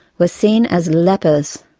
were seen as lepers.